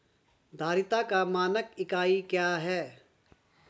धारिता का मानक इकाई क्या है?